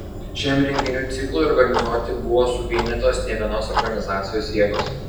šiam renginių ciklui organizuoti buvo suvienytos nevienos organizacijos jėgos